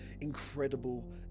incredible